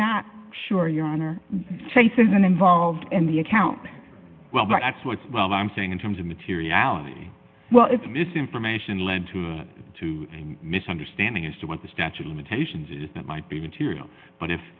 not sure your honor trace isn't involved in the account well but that's what well i'm saying in terms of materiality well it's mis information led to a two misunderstanding as to what the statute limitations is that might be material but if